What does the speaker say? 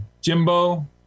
Jimbo